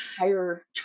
entire